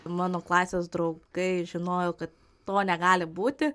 mano klasės draugai žinojo kad to negali būti